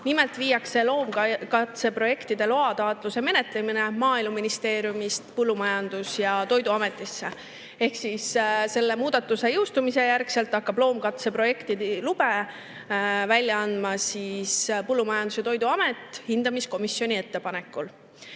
Nimelt viiakse loomkatseprojektide loataotluste menetlemine Maaeluministeeriumist Põllumajandus- ja Toiduametisse. Selle muudatuse jõustumise järel hakkab loomkatseprojektide lube välja andma Põllumajandus- ja Toiduamet hindamiskomisjoni ettepanekul.